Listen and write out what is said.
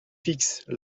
fixe